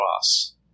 cross